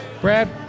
Brad